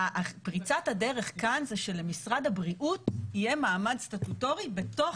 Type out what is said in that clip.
פריצת הדרך כאן זה שלמשרד הבריאות יהיה מעמד סטטוטורי בתוך